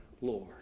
Lord